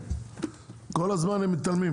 מתעלמים כל הזמן.